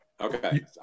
Okay